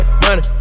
money